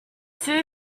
two